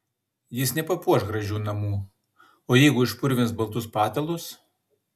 jis nepapuoš gražių namų o jeigu išpurvins baltus patalus